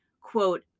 quote